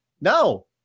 No